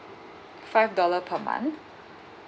five dollar per month